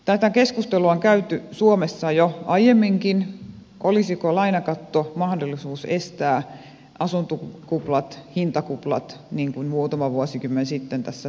tätä keskustelua on käyty suomessa jo aiemminkin olisiko lainakatto mahdollisuus estää asuntokuplat hintakuplat niin kuin muutama vuosikymmen sitten tässä suomessakin on koettu